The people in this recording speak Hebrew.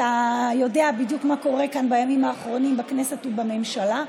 אתה יודע בדיוק מה קורה כאן בימים האחרונים בכנסת ובממשלה.